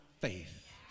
faith